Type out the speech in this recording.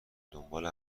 دنبال